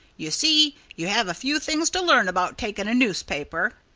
you see, you have a few things to learn about taking a newspaper.